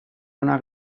ona